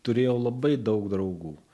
turėjau labai daug draugų